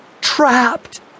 trapped